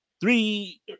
three